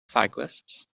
cyclists